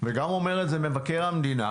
וגם אומר את זה מבקר המדינה